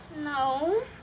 No